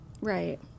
right